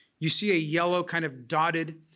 you see a yellow kind of dotted